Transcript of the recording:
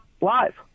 live